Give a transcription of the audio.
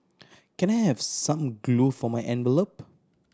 can I have some glue for my envelope